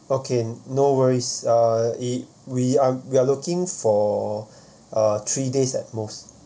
okay no worries uh we are we are looking for uh three days at most